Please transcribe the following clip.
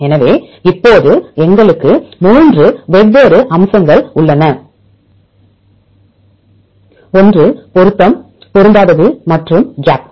எனவே இப்போது எங்களுக்கு 3 வெவ்வேறு அம்சங்கள் உள்ளன ஒன்று பொருத்தம் பொருந்தாதது மற்றும் கேப்